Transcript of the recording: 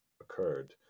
occurred